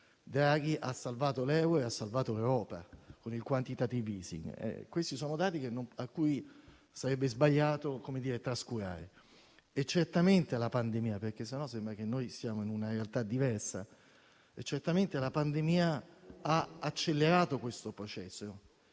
Draghi ha salvato l'euro e ha salvato l'Europa con il *quantitative easing*. Questi sono dati che sarebbe sbagliato trascurare. Certamente la pandemia - altrimenti sembra che viviamo una realtà diversa - ha accelerato questo processo,